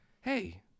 hey